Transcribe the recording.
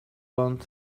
want